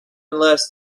unless